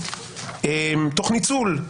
תוך ניצול,